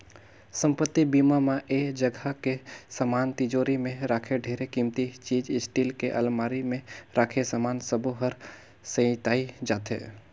संपत्ति बीमा म ऐ जगह के समान तिजोरी मे राखे ढेरे किमती चीच स्टील के अलमारी मे राखे समान सबो हर सेंइताए जाथे